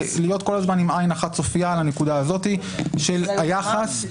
להיות עם עין אחת צופיה לנקודה הזאת של היחס.